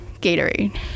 Gatorade